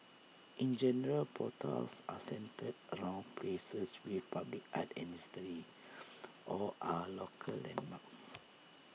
in general portals are centred around places with public art and history or are local landmarks